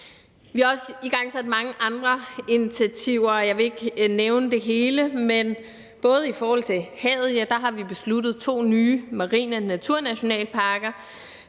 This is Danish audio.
Vi har også igangsat mange andre initiativer, og jeg vil ikke nævne det hele, men i forhold til havet har vi besluttet to nye marine naturnationalparker;